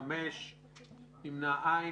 5 לא אושרה.